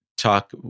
talk